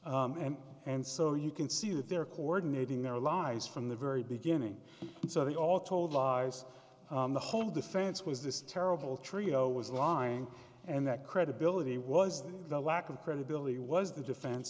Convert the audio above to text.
this and so you can see that they're coordinating their lives from the very beginning so they all told lies the whole defense was this terrible trio was lying and that credibility was the lack of credibility was the defen